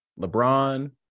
LeBron